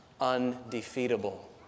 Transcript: undefeatable